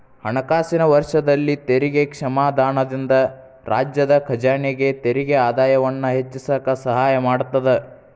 ಹಣಕಾಸಿನ ವರ್ಷದಲ್ಲಿ ತೆರಿಗೆ ಕ್ಷಮಾದಾನದಿಂದ ರಾಜ್ಯದ ಖಜಾನೆಗೆ ತೆರಿಗೆ ಆದಾಯವನ್ನ ಹೆಚ್ಚಿಸಕ ಸಹಾಯ ಮಾಡತದ